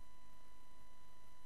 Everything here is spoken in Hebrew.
אנחנו